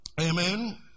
Amen